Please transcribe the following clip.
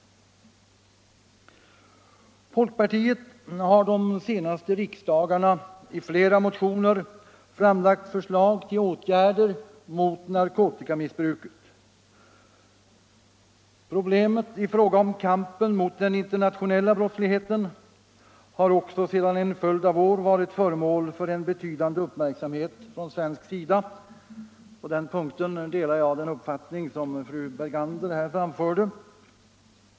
Folkpartiet har under de senaste riksdagarna i flera motioner framlagt förslag till åtgärder mot narkotikamissbruket. Problemen i fråga om kampen mot den internationella brottsligheten har också sedan en följd av år varit föremål för betydande uppmärksamhet från svensk sida. På den punkten delar jag den uppfattning som fru Bergander här framförde.